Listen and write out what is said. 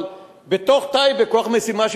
אבל בתוך טייבה כוח משימה,